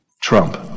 Trump